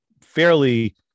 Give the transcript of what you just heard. fairly